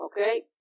okay